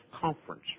conference